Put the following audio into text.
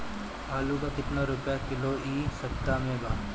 आलू का कितना रुपया किलो इह सपतह में बा?